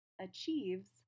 achieves